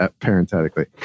parenthetically